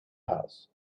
house